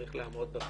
צריך לעמוד בפרץ.